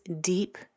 deep